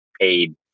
paid